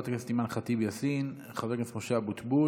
ואת חברת הכנסת אימאן ח'טיב יאסין וחבר הכנסת משה אבוטבול.